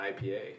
IPA